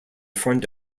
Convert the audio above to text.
front